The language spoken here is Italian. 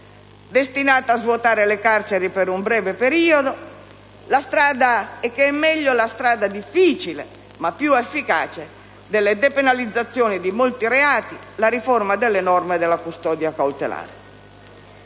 destinata a svuotare le carceri per un breve periodo, e che è meglio la strada difficile, ma più efficace, delle depenalizzazioni di molti reati, la riforma delle norme sulla custodia cautelare.